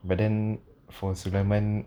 but then for sulaiman